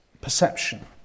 perception